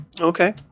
Okay